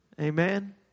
Amen